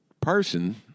person